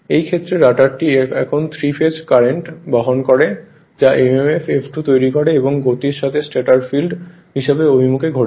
এই ক্ষেত্রে রটারটি এখন 3 ফেজ কারেন্ট বহন করে যা mmf F2 তৈরি করে এবং গতির সাথে স্টেটর ফিল্ড হিসাবে অভিমুখে ঘোরে